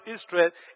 Israel